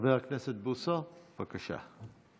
חבר הכנסת בוסו, בבקשה.